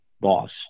boss